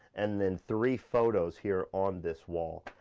and then three photos here on this wall.